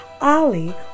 Ali